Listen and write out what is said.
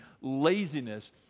laziness